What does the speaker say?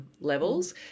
levels